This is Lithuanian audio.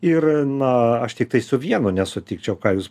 ir na aš tiktais su vienu nesutikčiau ką jūs